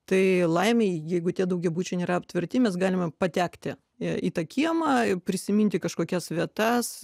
tai laimė jeigu tie daugiabučiai nėra aptverti mes galime patekti į tą kiemą ir prisiminti kažkokias vietas